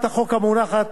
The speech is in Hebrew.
לחוק זה